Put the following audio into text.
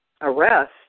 arrest